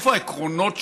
איפה העקרונות שלה?